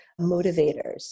motivators